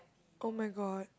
[oh]-my-god